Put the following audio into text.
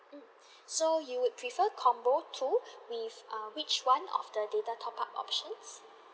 mm so you would prefer combo two with err which one of the data top up options